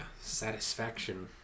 satisfaction